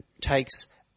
takes